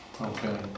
Okay